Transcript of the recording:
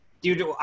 Dude